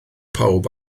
pawb